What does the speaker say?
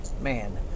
man